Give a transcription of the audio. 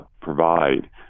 provide